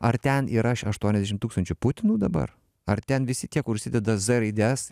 ar ten yra aštuoniasdešim tūkstančių putinų dabar ar ten visi tie kur užsideda z raides